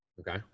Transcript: Okay